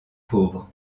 pauvres